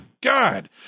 God